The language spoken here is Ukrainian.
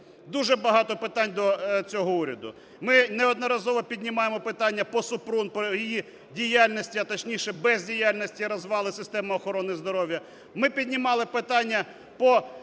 Дуже багато питань до цього уряду. Ми неодноразово піднімаємо питання по Супрун про її діяльність, а точніше, бездіяльності, розвалу системи охорони здоров'я. Ми піднімали питання по